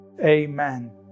Amen